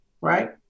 right